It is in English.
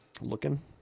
looking